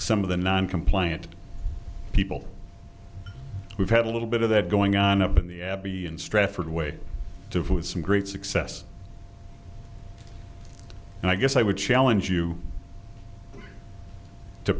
some of the non compliant people we've had a little bit of that going on up in the abbey in strafford way to put some great success and i guess i would challenge you to